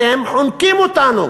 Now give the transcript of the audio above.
אתם חונקים אותנו,